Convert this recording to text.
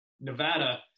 Nevada